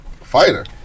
fighter